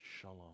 Shalom